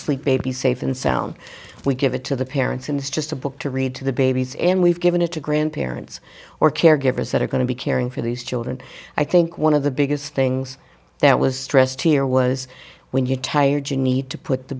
sleep baby safe and sound we give it to the parents in this just a book to read to the babies and we've given it to grandparents or caregivers that are going to be caring for these children i think one of the biggest things that was stressed here was when you tired you need to put the